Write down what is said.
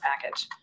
package